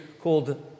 called